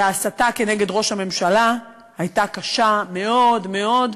וההסתה נגד ראש הממשלה הייתה קשה מאוד מאוד.